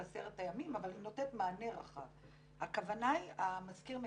רק חברי המליאה.